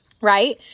right